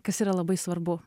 kas yra labai svarbu